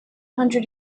hundred